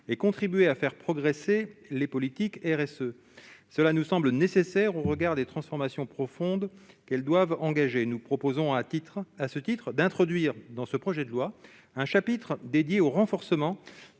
et contribuer à faire progresser les politiques RSE, cela nous semble nécessaire au regard des transformations profondes qu'elles doivent engager, nous proposons à titre à ce titre d'introduire dans ce projet de loi un chapitre dédié au renforcement